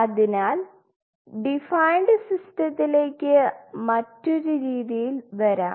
അതിനാൽ ഡിഫൈൻഡ് സിസ്റ്റത്തിലേക്ക് മറ്റൊരു രീതിയിൽ വരാം